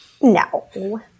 No